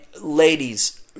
ladies